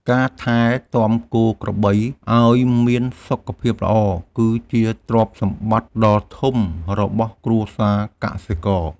ការថែទាំគោក្របីឱ្យមានសុខភាពល្អ គឺជាទ្រព្យសម្បត្តិដ៏ធំរបស់គ្រួសារកសិករ។